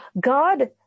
God